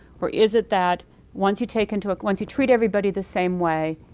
or is it that once you take into once you treat everybody the same way,